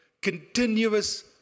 continuous